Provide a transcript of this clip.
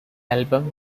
album